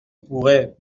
pourrais